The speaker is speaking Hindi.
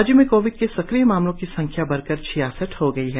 राज्य में कोविड के सक्रिय मामलों की संख्या बढ़कर छियासठ हो गई है